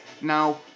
Now